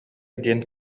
диэн